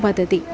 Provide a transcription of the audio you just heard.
वदति